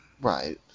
Right